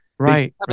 Right